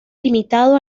limitado